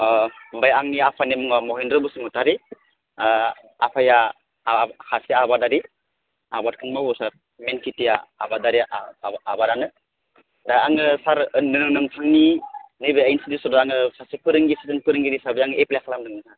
ओमफाय आंनि आफानि मुङा महेनद्र' बसुमथारि आफाया सासे आबादारि आबादखौ मावो सार दिन खिथिया आबादारि आबादानो दा आङो सार नोंथांनि नैबे इन्सटिटिउसनाव आङो सासे फोरोंगिरि हिसाबै एफ्लाय खालामदोंमोन